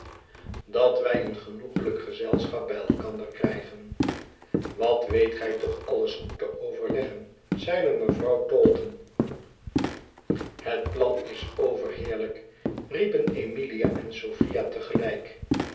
dat wij een genoeglijk gezelschap by elkander krijgen wat weet gij toch alles goed te overleggen zeide mevrouw taunton het plan is overheerlijk riepen emilia en sophia